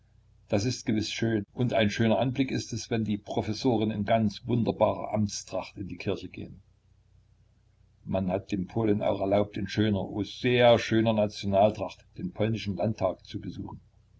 das ist gewiß schön und ein schöner anblick ist es wenn die professoren in ganz wunderbarer amtstracht in die kirche gehen man hat den polen auch erlaubt in schöner oh sehr schöner nationaltracht den polnischen landtag zu besuchen